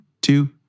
two